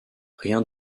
rien